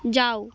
যাও